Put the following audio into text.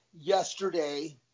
yesterday